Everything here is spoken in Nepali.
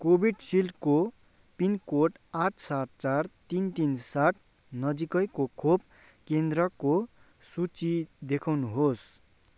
कोभिडसिल्डको पिन कोड आठ सात चार तिन तिन सात नजिकैको खोप केन्द्रको सूची देखाउनु होस्